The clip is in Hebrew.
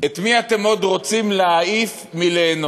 את מי אתם עוד רוצים להעיף מליהנות?